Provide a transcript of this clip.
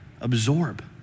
absorb